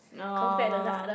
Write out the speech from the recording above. no